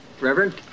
Reverend